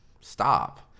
stop